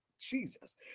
Jesus